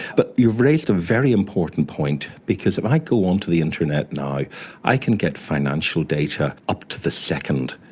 but you've raised a very important point because if i go onto the internet now i can get financial data up to the second.